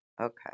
Okay